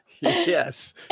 Yes